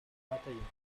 bataillons